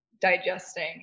digesting